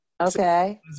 Okay